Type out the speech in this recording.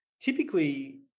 typically